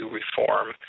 reform